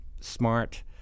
smart